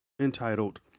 entitled